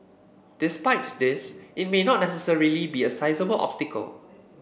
despite this it may not necessarily be a sizeable obstacle